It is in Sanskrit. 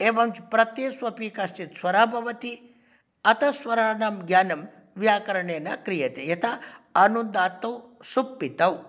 एवं प्रत्ययेषु अपि कश्चित् स्वरः भवति अतः स्वराणां ज्ञानं व्याकरणेन क्रियते यथा अनुदात्तौ सुप्पितौ